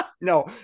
no